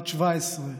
בת 17,